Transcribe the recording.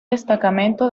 destacamento